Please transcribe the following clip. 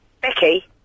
Becky